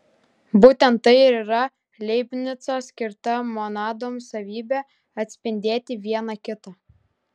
būtent tai ir yra leibnico skirta monadoms savybė atspindėti viena kitą